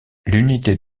l’unité